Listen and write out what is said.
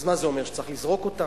אז מה זה אומר, שצריך לזרוק אותם?